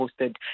hosted